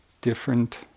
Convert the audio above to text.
different